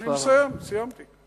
אני מסיים, סיימתי.